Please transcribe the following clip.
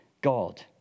God